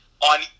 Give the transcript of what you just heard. On